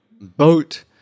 boat